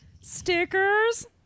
Stickers